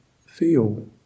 feel